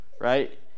right